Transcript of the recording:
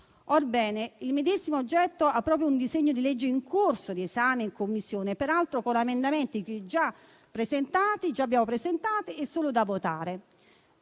Orbene, il medesimo oggetto vede un disegno di legge in corso d'esame in Commissione, peraltro con emendamenti già presentati e solo da votare.